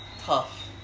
Tough